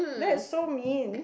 that's so mean